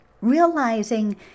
realizing